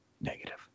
negative